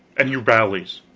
and he rallies.